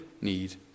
need